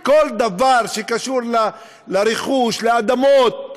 בכל דבר שקשור לרכוש, לאדמות,